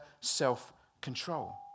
self-control